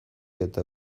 eta